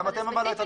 אמרנו מכרז